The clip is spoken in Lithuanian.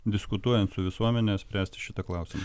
diskutuojant su visuomene spręsti šitą klausimą